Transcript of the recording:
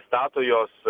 stato juos